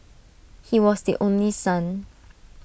he was the only son